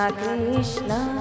Krishna